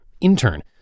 intern